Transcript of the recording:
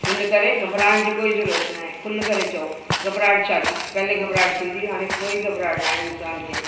हिन करे घबराइण जी कोई ज़रूरत न आहे खुली करे चयो घबराहट छा जी पहले घबराहट थींदी हुई हाणे कोई घबराहट न आहे इंसान खे